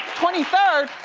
twenty third!